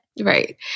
Right